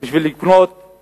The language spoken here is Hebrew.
ממשרד השיכון בשביל לקנות חלקה.